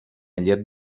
llet